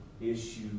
issue